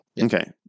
Okay